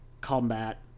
combat